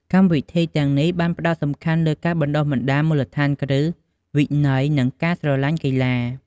កម្មវិធីទាំងនេះផ្តោតសំខាន់លើការបណ្តុះបណ្តាលមូលដ្ឋានគ្រឹះ វិន័យ និងការស្រឡាញ់កីឡា។